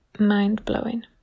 mind-blowing